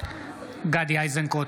גדי איזנקוט,